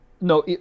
No